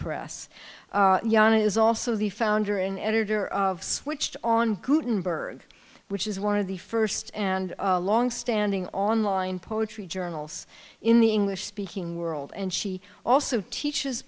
press yana is also the founder and editor of switched on gutenberg which is one of the first and long standing online in poetry journals in the english speaking world and she also teache